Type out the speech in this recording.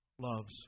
loves